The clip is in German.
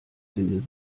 den